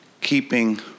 Keeping